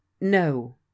No